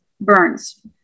Burns